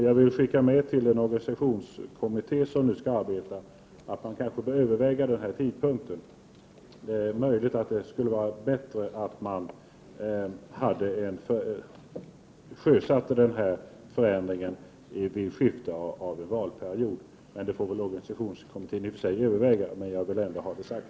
Jag vill skicka med till den organisationskommitté som nu skall arbeta att man kanske bör överväga denna tidpunkt. Det är möjligt att det skulle vara bättre att man sjösatte denna förändring då en ny valperiod infaller. Det får väl organisationskommittén överväga, men jag vill ändå ha det sagt.